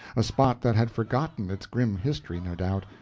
a spot that had forgotten its grim history, no doubt,